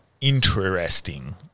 interesting